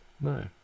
no